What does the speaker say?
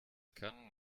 kann